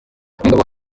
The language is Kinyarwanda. ngabo